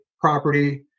property